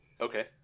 Okay